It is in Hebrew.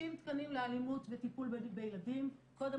60 תקנים לאלימות וטיפול בילדים קודם